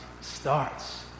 starts